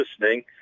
listening